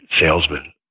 salesman